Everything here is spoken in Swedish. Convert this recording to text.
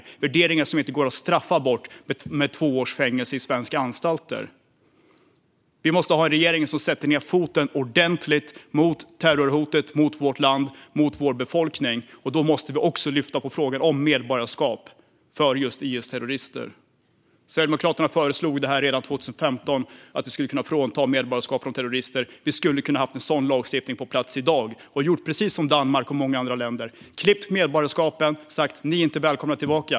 Det gäller värderingar som inte går att straffa bort med två års fängelse i svenska anstalter. Vi måste ha en regering som ordentligt sätter ned foten mot terrorhotet mot vårt land och vår befolkning. Då måste vi också lyfta upp frågan om medborgarskap för IS-terrorister. Sverigedemokraterna förslog redan 2015 att man skulle kunna frånta medborgarskapet från terrorister. Sverige kunde ha haft en sådan lagstiftning på plats i dag och gjort precis som Danmark och många andra länder, nämligen klippt medborgarskapen, och sagt: "Ni är inte välkomna tillbaka.